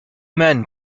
men